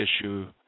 issue